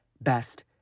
best